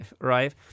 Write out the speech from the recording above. right